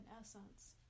essence